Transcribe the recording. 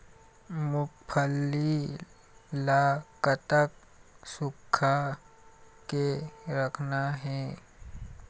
मूंगफली ला कतक सूखा के रखना हे?